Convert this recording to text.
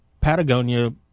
Patagonia